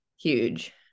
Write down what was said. Huge